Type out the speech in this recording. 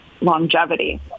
longevity